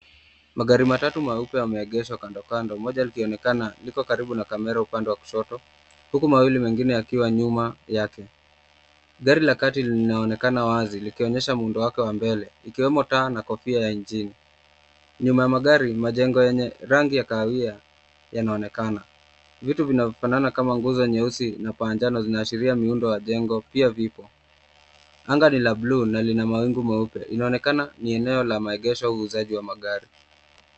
Magari matatu meupe yame egeshwa kando kando, moja liki onekana liko karibu na kamera upande wa kushoto, huku mawili mengine yakiwa nyuma yake. Gari la kati lina onekana wazi likonyesha muundo wake wa mbele ikiwemo taa na kofia ya injini. Nyuma ya magari majengo yenye rangi ya kahawia yana onekana. Vitu vinavyo fanana kama nguzo nyeusi na paa la njano ina ashiria muundo wa jengo pia vipo. Anga ni la bluu ns lina mawingu meupe ina onekana ni eneo la maegesho uzaji wa magari.